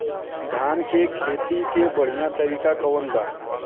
धान के खेती के बढ़ियां तरीका कवन बा?